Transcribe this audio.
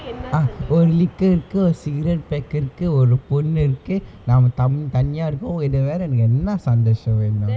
oh ஒரு:oru liquor ஒரு:oru cigarette pack இருக்கு ஒரு பொண்ணிருக்கு நம்ம தனியா இருக்கோம் இது வேற எனக்கு என்ன சந்தோஷ வேணும்:irukku oru ponnirukku namma thaniyaa irukkom ithu vera enakku enna santhosa venum